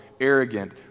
arrogant